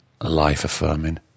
life-affirming